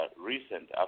recent